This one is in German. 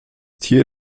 tier